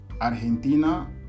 Argentina